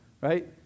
right